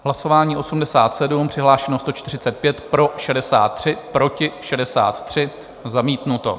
Hlasování 87, přihlášeno 145, pro 63, proti 63, zamítnuto.